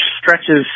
stretches